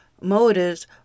motives